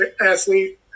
athlete